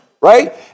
right